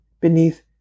beneath